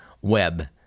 web